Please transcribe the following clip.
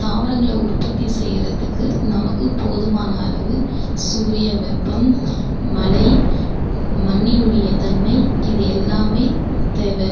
தாவரங்களை உற்பத்தி செய்கிறத்துக்கு நமக்கு போதுமான அளவு சூரிய வெப்பம் மழை மண்ணினுடைய தன்மை இது எல்லாமே தேவை